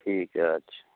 ঠিক আছে